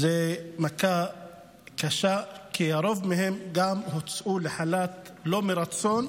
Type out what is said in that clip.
זו מכה קשה, כי רובם גם הוצאו לחל"ת לא מרצון,